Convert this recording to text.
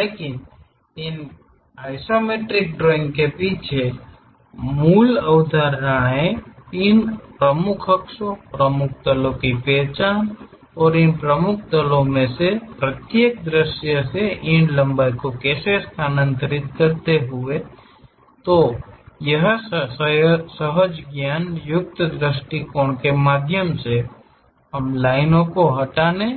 लेकिन इन isometric drawing के पीछे की मूल अवधारणाएं इन प्रमुख अक्षों प्रमुख तलो की पहचान करते हुए इन प्रमुख तलो में से प्रत्येक दृश्य से इन लंबाई को स्थानांतरित करते हुए सहज ज्ञान युक्त दृष्टिकोण के माध्यम से हम लाइनों को हटाने